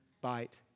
bite